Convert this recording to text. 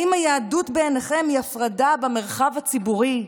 האם היהדות בעיניכם היא הפרדה במרחב הציבורי?